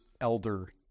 elder